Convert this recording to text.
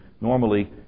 Normally